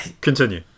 Continue